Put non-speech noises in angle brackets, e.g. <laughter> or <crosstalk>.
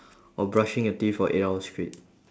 <breath> or brushing your teeth for eight hours straight